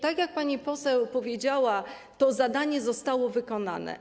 Tak jak pani poseł powiedziała, to zadanie zostało wykonane.